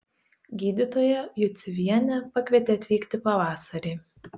gydytoja juciuvienė pakvietė atvykti pavasarį